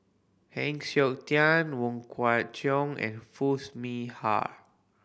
Heng Siok Tian Wong Kwei Cheong and Foo Mee Har